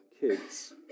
kids